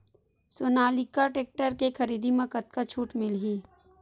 Sonalika tractor के खरीदी मा कतका छूट मीलही?